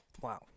Wow